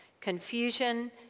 confusion